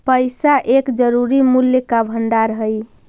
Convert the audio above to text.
पैसा एक जरूरी मूल्य का भंडार हई